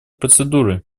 процедуры